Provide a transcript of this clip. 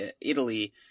Italy